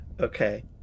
Okay